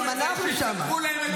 כשיספרו להם בשולחן שבת -- גם אנחנו שם,